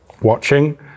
watching